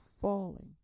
falling